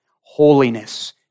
Holiness